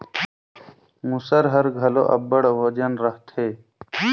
मूसर हर घलो अब्बड़ ओजन रहथे